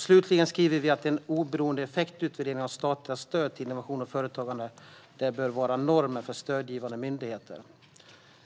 Slutligen skriver vi att en oberoende effektutvärdering av statliga stöd till innovation och företagande bör vara normen för stödgivande myndigheter.